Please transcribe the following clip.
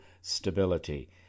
stability